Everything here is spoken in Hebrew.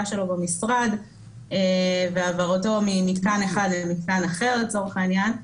שלו במשרד והעברתו ממתקן אחד למתקן אחר מצד אחר לצורך העניין.